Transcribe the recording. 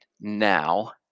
now